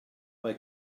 mae